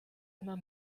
immer